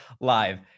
live